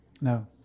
No